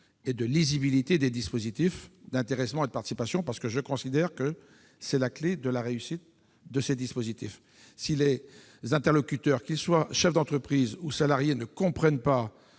et de lisibilité des dispositifs d'intéressement et de participation, parce que je considère que c'est la clé de leur réussite. Si les interlocuteurs concernés, qu'ils soient chefs d'entreprise ou salariés, ne comprennent pas